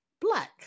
Black